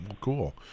Cool